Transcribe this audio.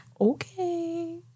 Okay